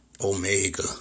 Omega